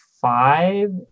five